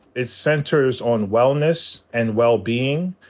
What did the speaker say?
it centers on wellness and well-being.